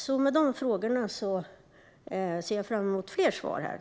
Jag ser fram emot svar på de ytterligare frågor som jag har ställt.